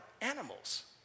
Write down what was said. animals